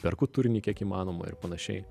perku turinį kiek įmanoma ir panašiai